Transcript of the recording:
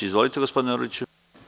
Izvolite, gospodine Orliću.